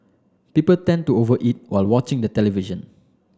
people tend to over eat while watching the television